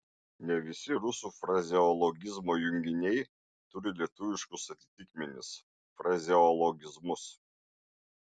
ne visi rusų frazeologizmo junginiai turi lietuviškus atitikmenis frazeologizmus